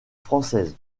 française